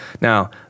Now